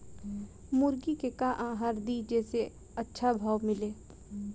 मुर्गा के का आहार दी जे से अच्छा भाव मिले?